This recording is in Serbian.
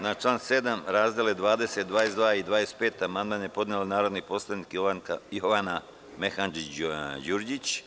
Na član 7. razdele 20, 22 i 25 amandman je podnela narodni poslanik Jovana Mehandžić Đurđić.